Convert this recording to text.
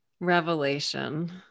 revelation